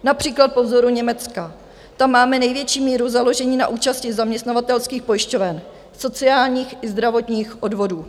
Například po vzoru Německa, tam máme největší míru založení na účasti zaměstnavatelských pojišťoven, sociálních i zdravotních odvodů.